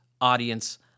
audience